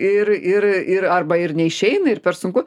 ir ir ir arba ir neišeina ir per sunku